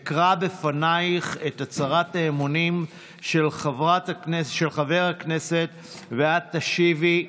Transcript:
אקרא בפנייך את הצהרת האמונים של חבר הכנסת ואת תשיבי: